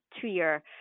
two-year